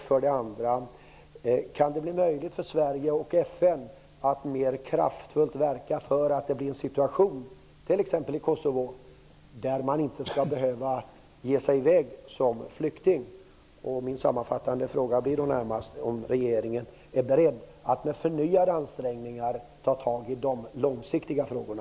För det andra: Kan det bli möjligt för Sverige och FN att mera kraftfullt verka för en situation i t.ex. Kosovo som man inte skall behöva fly ifrån? Min sammanfattande fråga är då: Är regeringen beredd att med förnyade ansträngningar ta itu med de långsiktiga frågorna?